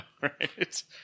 right